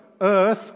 Earth